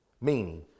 meaning